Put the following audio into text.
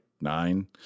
nine